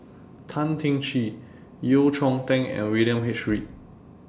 Tan Teng Kee Yeo Cheow Tong and William H Read